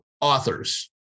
authors